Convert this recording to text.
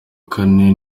kane